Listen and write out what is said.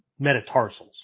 metatarsals